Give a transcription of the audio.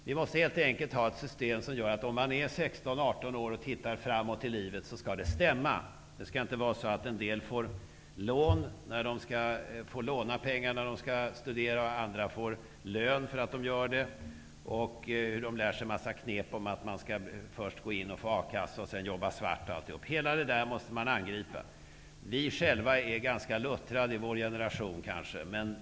Vi måste helt enkelt ha ett system, som innebär att det skall stämma, om man såsom 16--18-åring ser framåt i livet. En del skall inte få lån för att studera, medan andra får lön för att göra det. Ungdomarna lär sig en massa knep, t.ex. att de skall först gå till a-kassan och sedan jobba svart. Allt detta måste man angripa. Vi i vår generation är kanske ganska luttrade, men ungdomarna är det inte.